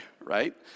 right